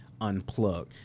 unplug